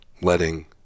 letting